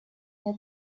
мне